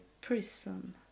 prison